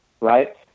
right